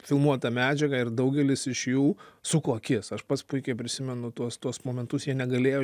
filmuotą medžiagą ir daugelis iš jų suko akis aš pats puikiai prisimenu tuos tuos momentus jie negalėjo